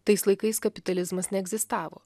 tais laikais kapitalizmas neegzistavo